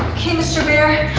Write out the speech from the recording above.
mister bear,